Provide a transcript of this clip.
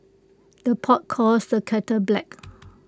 the pot calls the kettle black